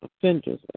offenders